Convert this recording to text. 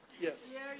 Yes